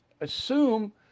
assume